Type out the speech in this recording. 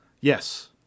Yes